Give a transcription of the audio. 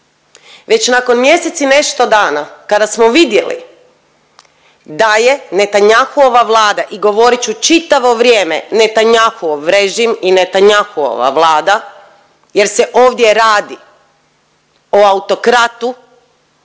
već nakon mjesec i nešto dana kada smo vidjeli da je Netanyahuova vlada i govorit ću čitavo vrijeme Netanyahuov režim i Netanyauhova vlada jer se ovdje radi o autokratu